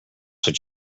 what